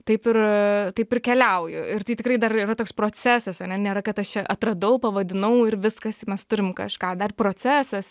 taip ir taip ir keliauju ir tai tikrai dar yra toks procesas ane nėra kad aš čia atradau pavadinau ir viskas mes turim kažką dar procesas